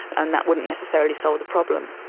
and that wouldn't necessarily solve the problem.